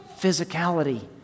physicality